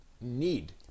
need